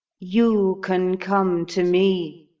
you can come to me,